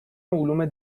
علوم